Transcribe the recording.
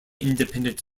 independent